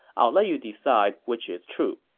i'll let you decide which is true